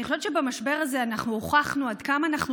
אני חושבת שבמשבר הזה אנחנו הוכחנו עד כמה אנחנו